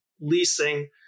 leasing